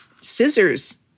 scissors